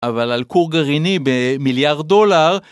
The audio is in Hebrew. אבל על קור גרעיני במיליארד דולר